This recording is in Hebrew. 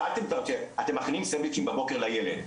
שאלתי אתם מכינים סנדוויצ'ים בבוקר לילד,